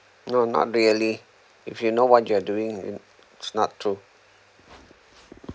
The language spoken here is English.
no not really if you know what you are doing yeah it's not true